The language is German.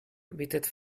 bietet